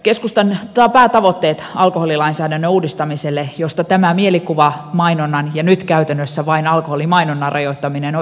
keskustan päätavoitteet alkoholilainsäädännön uudistamiselle josta tämä mielikuvamainonnan ja nyt käytännössä vain alkoholimainonnan rajoittaminen on yksi osa